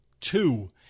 two